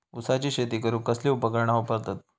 ऊसाची शेती करूक कसली उपकरणा वापरतत?